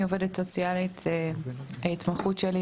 אני עובדת סוציאלית וההתמחות שלי